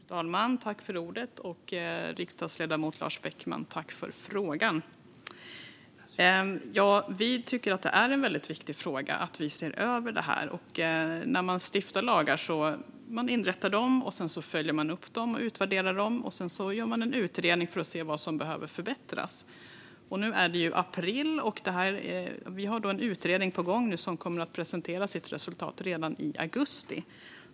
Fru talman! Tack för frågan, riksdagsledamot Lars Beckman! Vi tycker att det är väldigt viktigt att man ser över detta. När man stiftat lagar inrättar man dem, och sedan följer man upp dem och utvärderar dem. Sedan gör man en utredning för att se vad som behöver förbättras. Nu är det april, och vi har en utredning på gång som kommer att presentera sitt resultat redan i augusti.